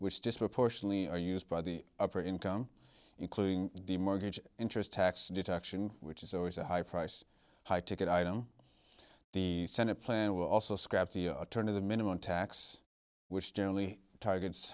which disproportionately are used by the upper income including the mortgage interest tax deduction which is always a high price high ticket item the senate plan will also scrap the turn of the minimum tax which generally targets